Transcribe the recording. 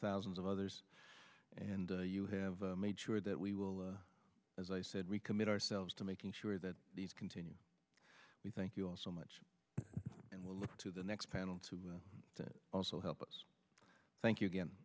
thousands of others and you have made sure that we will as i said we commit ourselves to making sure that these continue we thank you all so much and we'll look to the next panel to also help us thank you again